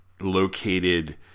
located